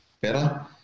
better